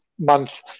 month